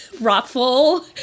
raffle